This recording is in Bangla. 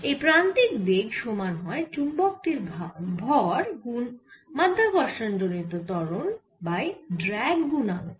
এই প্রান্তিক বেগ সমান হয় চুম্বক টির ভর গুন মাধ্যাকর্ষণ জনিত ত্বরণ বাই ড্র্যাগ গুণাঙ্ক